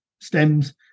stems